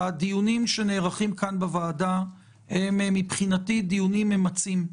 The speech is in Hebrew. הדיונים שנערכים כאן בוועדה הם מבחינתי דיונים ממצים.